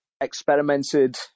experimented